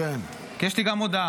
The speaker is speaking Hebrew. כי יש לי גם הודעה.